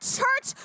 Church